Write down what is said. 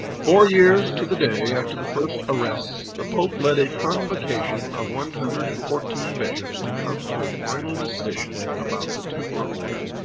four years to the day after the first arrests, the pope led a convocation of one hundred and fourteen bishops to come to a final decision about the templar order.